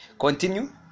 Continue